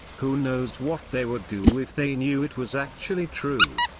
who knows what they would do if they knew it was actually true?